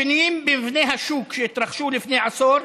השינויים במבנה השוק שהתרחשו לפני עשור,